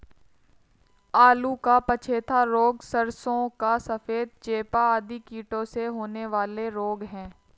आलू का पछेता रोग, सरसों का सफेद चेपा आदि कीटों से होने वाले रोग हैं